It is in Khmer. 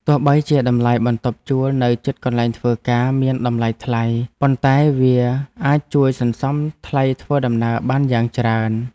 ទោះបីជាតម្លៃបន្ទប់ជួលនៅជិតកន្លែងធ្វើការមានតម្លៃថ្លៃ ប៉ុន្តែវាអាចជួយសន្សំថ្លៃធ្វើដំណើរបានយ៉ាងច្រើន។